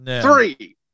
Three